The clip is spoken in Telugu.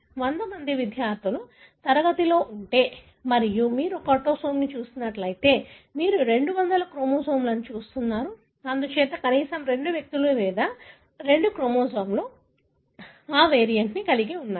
100 మంది విద్యార్థుల తరగతి ఉంటే మరియు మీరు ఒక ఆటోసోమ్ని చూస్తున్నట్లయితే మీరు 200 క్రోమోజోమ్లను చూస్తున్నారు అందుచేత కనీసం 2 వ్యక్తులు లేదా 2 క్రోమోజోములు ఆ వేరియంట్ను కలిగి ఉండాలి